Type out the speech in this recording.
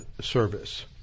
service